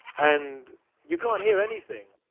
and you can't hear anything.